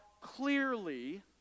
clearly